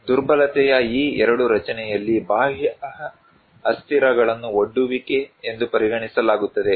ದುರ್ಬಲತೆಯ ಈ ಎರಡು ರಚನೆಯಲ್ಲಿ ಬಾಹ್ಯ ಅಸ್ಥಿರಗಳನ್ನು ಒಡ್ಡುವಿಕೆ ಎಂದು ಪರಿಗಣಿಸಲಾಗುತ್ತದೆ